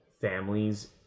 families